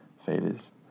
failures